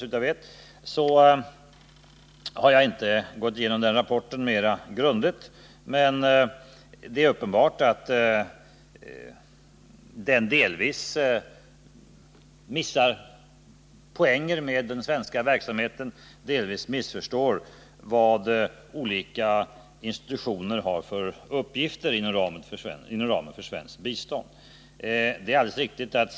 Jag har inte gått igenom rapporten mera grundligt. Men det är uppenbart att den delvis missar poängen med den svenska biståndsverksamheten, delvis missförstår vad olika institutioner har för uppgifter inom ramen för svenskt bistånd. Det är alldeles riktigt att.